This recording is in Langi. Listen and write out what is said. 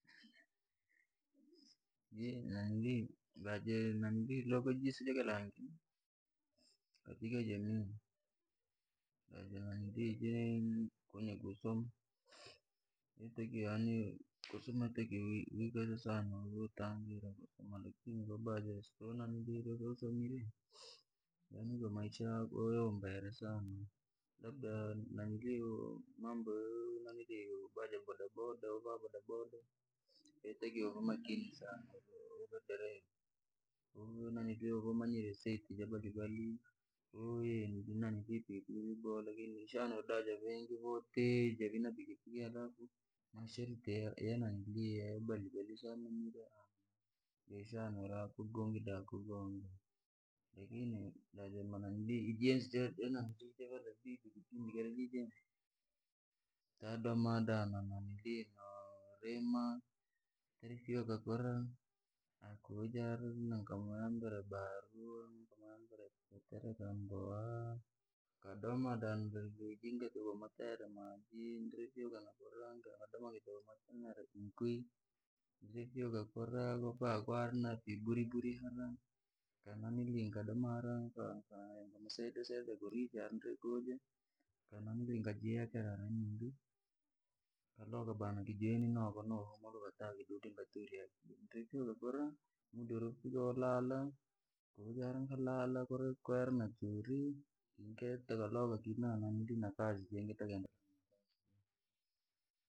Ba jaluga jisu jakilangi, katika jamii kwenye kusoma, yotakiwa yaani wotakiwa wiikaze sana utangire lakini kowafanyire, yaani ndo maisha yako yoyumba labda mambo yovaa ja bodaboda. Yatakiwa ave makini sana uvudereva uvewamanyire, jabadilibadili vyenda pikipiki vyaboha ukashane daja vingi votija vi na pikipiki alafu, masharti yanangiliye baliibalii, jashanauri akulwatire. Lakini da ja enzi ja valabibi tadoma narima, tirifyuka kura nakuuja hara kumuyambira babu kumuyambira kutere kamboa, nikudomadoma lujinotaha maji ndirifyuka nakura nikadoma no vatemera nkwi, ndrifyuka kura kokwari naviburiburi. Nikadoma hara nikamsaidira kurisha, janiri kuuja ni kujiyekera nikuloka no humuluka nilifyuka kura nikalala, kwera na churi keitikoloka na kazi.